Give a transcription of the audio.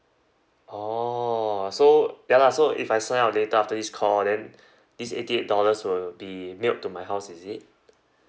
orh so ya lah so if I sign up later after this call then this eighty eight dollars will be mailed to my house is it